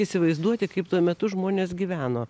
įsivaizduoti kaip tuo metu žmonės gyveno